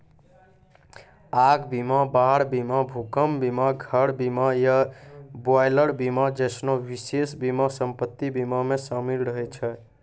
आग बीमा, बाढ़ बीमा, भूकंप बीमा, घर बीमा या बॉयलर बीमा जैसनो विशेष बीमा सम्पति बीमा मे शामिल रहै छै